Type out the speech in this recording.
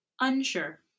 Unsure